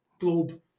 globe